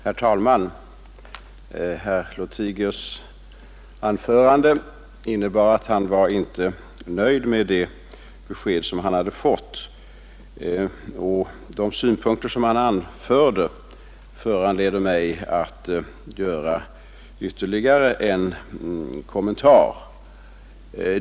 Herr talman! Vad herr Lothigius anförde innebär att han inte var nöjd med det besked han fått, och de synpunkter han anförde föranleder mig att göra ytterligare några kommentarer.